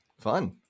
fun